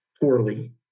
poorly